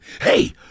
hey